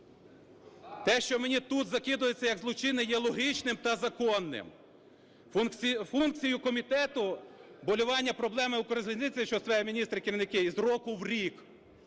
Те, що мені тут закидається як злочинне, є логічним та законним. Функцію комітету – вболівання проблеми "Укрзалізниці", що …… міністри і керівники із року в рік,